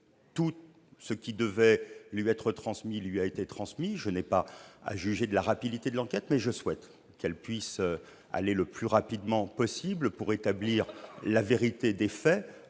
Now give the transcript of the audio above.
tout ce qui devait lui être transmis l'a été. Je n'ai pas à juger de la rapidité de l'enquête, mais je souhaite qu'elle puisse aller le plus vite possible pour établir la vérité des faits.